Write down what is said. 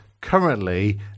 Currently